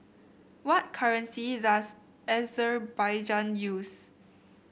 what currency does Azerbaijan use